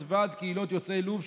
את ועד קהילות יוצאי לוב,